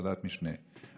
ועדת משנה,